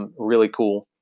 ah really cool,